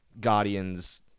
Guardians